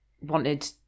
wanted